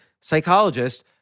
psychologist